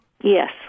yes